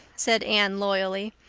said anne loyally.